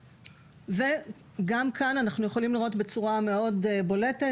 גם כאן אנחנו יכולים לראות בצורה מאוד בולטת,